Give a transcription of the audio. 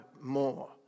more